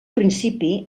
principi